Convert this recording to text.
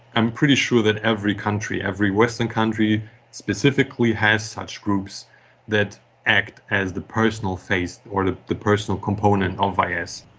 i'm pretty sure that every country, every western country specifically has such groups that act as the personal face or the the personal component of is.